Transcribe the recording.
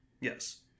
Yes